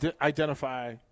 identify